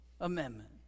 Amendment